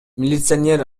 милиционер